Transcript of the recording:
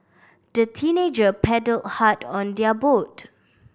the teenager paddled hard on their boat